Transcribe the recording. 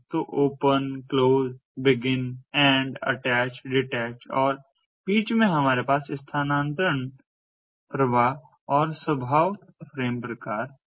तो open close begin end attach detach और बीच में हमारे पास स्थानांतरण प्रवाह और स्वभाव फ्रेम प्रकार हैं